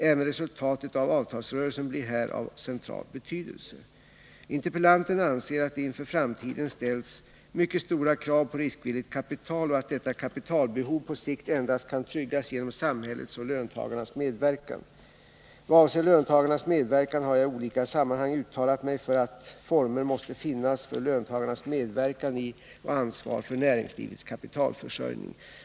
Även resultatet av avtalsrörelsen blir här av central betydelse. Interpellanten anser att det inför framtiden ställs mycket stora krav på riskvilligt kapital och att detta kapitalbehov på sikt endast kan tryggas genom samhällets och löntagarnas medverkan. Vad avser löntagarnas medverkan har jag i olika sammanhang uttalat mig för att former måste finnas för löntagarnas medverkan i och ansvar för näringslivets kapitalförsörjning.